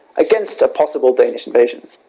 against a possible danish invasion.